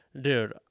dude